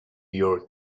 your